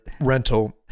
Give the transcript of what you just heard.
rental